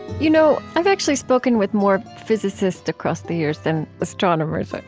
you know i've actually spoken with more physicists across the years than astronomers, ah